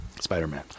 Spider-Man